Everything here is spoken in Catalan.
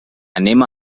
anem